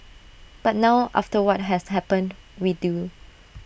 but now after what has happened we do